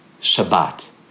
Shabbat